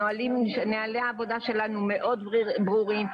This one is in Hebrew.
נהלי העבודה שלנו מאוד ברורים.